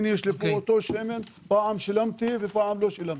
הנה יש לי פה את אותו שמן שפעם שילמתי ופעם לא שילמתי.